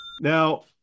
Now